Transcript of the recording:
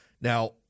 Now